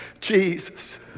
Jesus